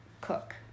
cook